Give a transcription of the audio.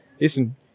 Listen